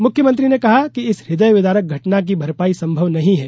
मुख्यमंत्री ने कहा कि इस हृदय विदारक घटना की भरपाई संभव नहीं है